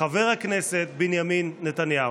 חבר הכנסת בנימין נתניהו.